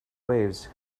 waves